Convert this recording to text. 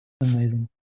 Amazing